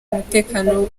umutekano